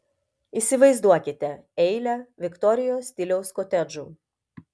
įsivaizduokite eilę viktorijos stiliaus kotedžų